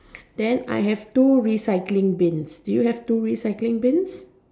then I have two recycling bins do you have two recycling bins